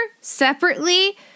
separately